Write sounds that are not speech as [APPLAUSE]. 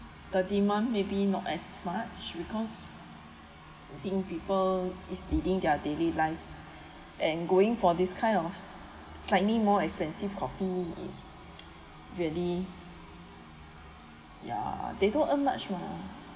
the demand maybe not as much because I think people is living their daily lives and going for this kind of slightly more expensive coffee is [NOISE] really ya they don't earn much mah